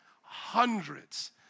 hundreds